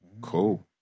cool